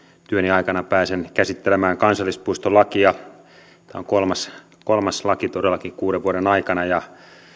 aikana pääsen käsittelemään kansallispuistolakia tämä on todellakin kolmas laki kuuden vuoden aikana ja